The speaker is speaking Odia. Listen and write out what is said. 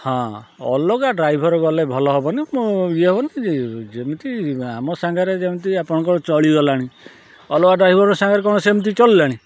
ହଁ ଅଲଗା ଡ୍ରାଇଭର୍ ଗଲେ ଭଲ ହବନି ମୁଁ ଇଏ ହବନି ଯେମିତି ଆମ ସାଙ୍ଗରେ ଯେମିତି ଆପଣଙ୍କର ଚଳି ଗଲାଣି ଅଲଗା ଡ୍ରାଇଭର୍ ସାଙ୍ଗରେ କ'ଣ ସେମିତି ଚଳିଲାଣି